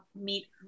meet